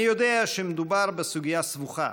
אני יודע שמדובר בסוגיה סבוכה